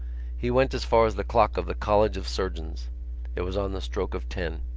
he went as far as the clock of the college of surgeons it was on the stroke of ten.